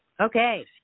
Okay